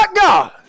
God